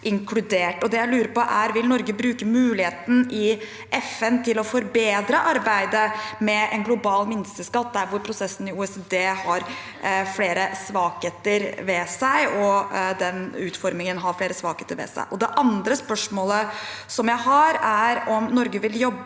Vil Norge bruke muligheten i FN til å forbedre arbeidet med en global minsteskatt, der hvor prosessen i OECD og den utformingen har flere svakheter ved seg? Det andre spørsmålet jeg har, er om Norge vil jobbe